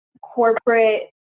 corporate